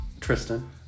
Tristan